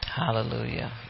Hallelujah